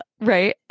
Right